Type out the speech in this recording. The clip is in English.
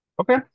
Okay